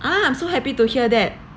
ah I'm so happy to hear that